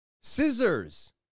scissors